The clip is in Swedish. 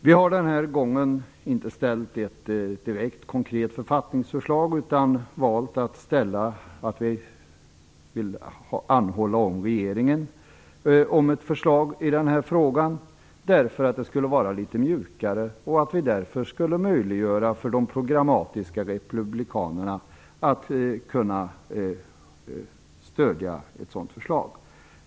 Vi har den här gången inte ställt ett direkt konkret författningsförslag, utan valt att anhålla hos regeringen om ett förslag i den här frågan, därför att det skulle vara litet mjukare och vi därför skulle möjliggöra för de programmatiska republikanerna att kunna stödja ett sådant förslag.